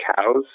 cows